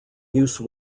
use